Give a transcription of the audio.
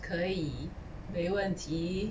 可以没问题